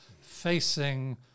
facing